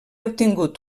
obtingut